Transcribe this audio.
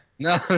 No